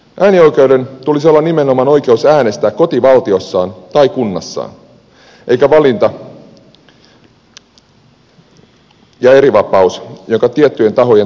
äänioikeuden tulisi olla nimenomaan oikeus äänestää kotivaltiossaan tai kunnassaan eikä valinta ja erivapaus jonka tiettyjen tahojen työntekijät saavat